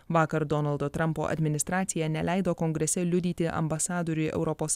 vakar donaldo trumpo administracija neleido kongrese liudyti ambasadoriui europos